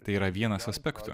tai yra vienas aspektų